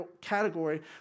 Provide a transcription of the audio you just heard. category